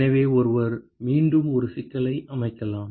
எனவே ஒருவர் மீண்டும் ஒரு சிக்கலை அமைக்கலாம்